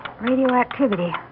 radioactivity